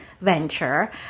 venture